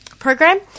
Program